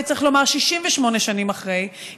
וצריך לומר 68 שנים אחרי,